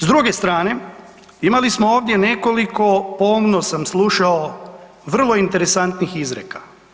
S druge strane, imali smo ovdje nekoliko pomno sam slušao, vrlo interesantnih izreka.